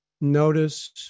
notice